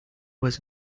was